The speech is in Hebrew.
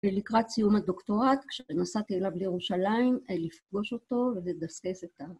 ולקראת סיום הדוקטורט, כשנסעתי אליו לירושלים, לפגוש אותו ולדסקס איתו.